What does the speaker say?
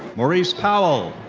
maurice powell.